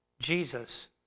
Jesus